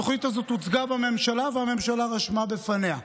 התוכנית הזאת הוצגה בממשלה והממשלה רשמה לפניה,